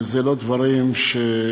אלה לא דברים שבאים,